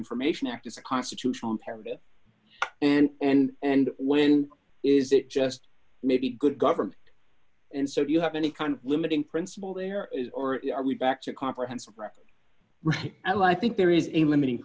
information act is a constitutional imperative and and and when is it just maybe good government and so do you have any kind of limiting principle there is or are we back to comprehensive right oh i think there is a limiting